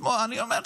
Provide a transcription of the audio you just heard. אני אומר לך,